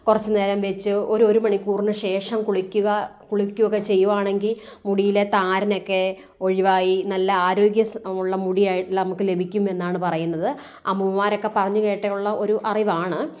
കുറച്ച് നേരം വെച്ച് ഒരു ഒരു മണിക്കൂറിന് ശേഷം കുളിക്കുക കുളിക്കുക ഒക്കെ ചെയ്യുകയാണെങ്കിൽ മുടിയിലെ താരനൊക്കെ ഒഴിവായി നല്ല ആരോഗ്യമുള്ള മുടി ആയി നമുക്ക് ലഭിക്കും എന്നാണ് പറയുന്നത് അമ്മൂമ്മമാരൊക്കെ പറഞ്ഞു കേട്ടിട്ടുള്ള ഒരു അറിവാണ്